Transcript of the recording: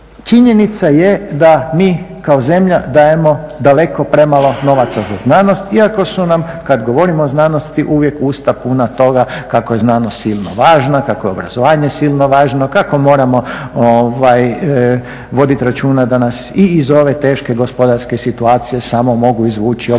činjenica je da mi kao zemlja dajemo daleko premalo novaca za znanost iako su nam kad govorimo o znanosti uvijek usta puna toga kako je znanost silno važna, kako je obrazovanje silno važno, kako moramo voditi računa da nas i iz ove teške gospodarske situacije samo mogu izvući obrazovanje,